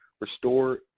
restore